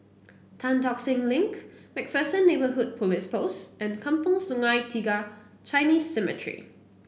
Tan Tock Seng Link MacPherson Neighbourhood Police Post and Kampong Sungai Tiga Chinese Cemetery